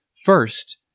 first